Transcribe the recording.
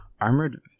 armored